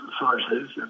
sources